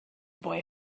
boy